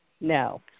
No